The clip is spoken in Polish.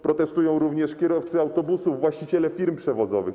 Protestują również kierowcy autobusów, właściciele firm przewozowych.